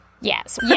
Yes